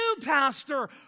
pastor